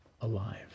alive